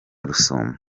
rusumo